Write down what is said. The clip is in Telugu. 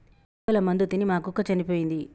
ఎలుకల మందు తిని మా కుక్క చనిపోయింది